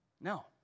No